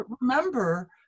remember